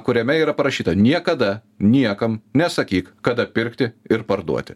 kuriame yra parašyta niekada niekam nesakyk kada pirkti ir parduoti